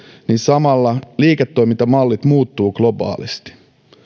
niin samalla liiketoimintamallit muuttuvat globaalisti